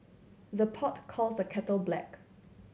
the pot calls the kettle black